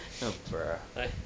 hmm bruh